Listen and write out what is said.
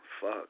Fuck